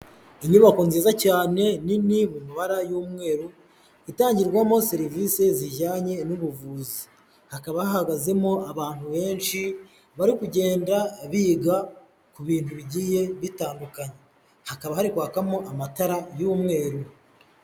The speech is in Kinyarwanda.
Inyubako nziza cyane nini mu mabara y'umweru itangirwamo serivisi zijyanye n'ubuvuzi hakaba hahagazemo abantu benshi bari kugenda biga ku bintu bigiye bitandukanye, hakaba hari kwakamo amatara y'umweru.